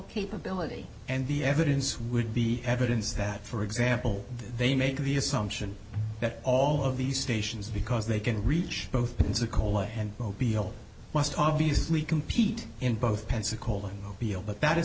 capability and the evidence would be evidence that for example they make the assumption that all of these stations because they can reach both pensacola and o b l must obviously compete in both pensacola o b l but that